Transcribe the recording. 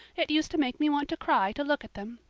it used to make me want to cry to look at them.